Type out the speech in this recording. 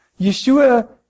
Yeshua